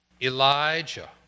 Elijah